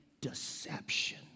deception